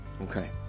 Okay